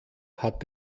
hat